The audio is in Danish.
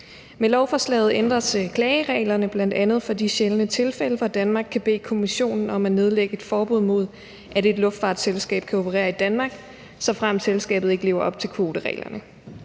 Med lovforslaget ændres klagereglerne bl.a. for de sjældne tilfælde, hvor Danmark kan bede Kommissionen om at nedlægge et forbud mod, at et luftfartsselskab kan operere i Danmark, såfremt selskabet ikke lever op til kvotereglerne.